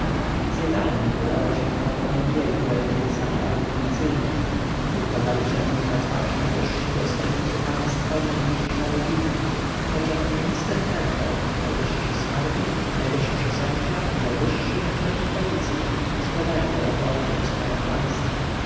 z jadalni udawał się pan do niemniej wielkiej sali audjencjonalnej tu padali przed nim na twarz najbliżsi dostojnicy państwa i najbliższa rodzina poczem minister herbor najwyższy skarbnik najwyższy sędzia i najwyższy naczelnik policji składali mu raporta o sprawach państwa